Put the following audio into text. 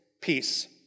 peace